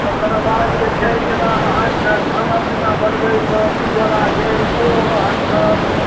तकर बाद जे छै जेना अहाँके खाना पीना बनबैमे उज्ज्वला छै ओ अहाँकेँ